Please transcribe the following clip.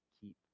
keep